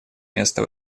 место